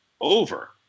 over